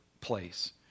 place